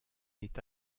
est